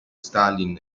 stalin